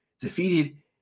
defeated